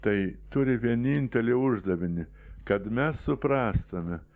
tai turi vienintelį uždavinį kad mes suprastume